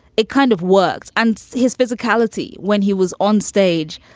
it kind of works. and his physicality when he was onstage,